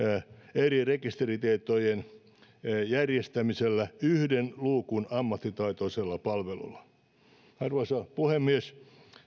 eri rekisteritietojen järjestämisellä yhden luukun ammattitaitoisella palvelulla arvoisa puhemies